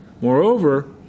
Moreover